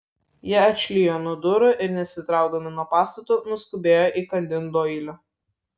jie atšlijo nuo durų ir nesitraukdami nuo pastato nuskubėjo įkandin doilio